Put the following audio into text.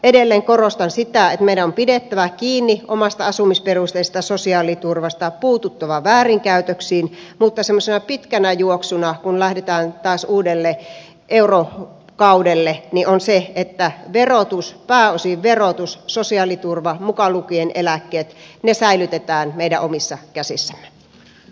edelleen korostan sitä että meidän on pidettävä kiinni omasta asumisperusteisesta sosiaaliturvasta puututtava väärinkäytöksiin mutta semmoisena pitkänä juoksuna kun lähdetään taas uudelle eurokaudelle on se että pääosin verotus sosiaaliturva mukaan lukien eläkkeet säilytetään meidän omissa käsissämme